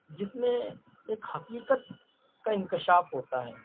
جس میں ایک حقیقت کا اِنکشاف ہوتا ہے